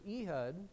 Ehud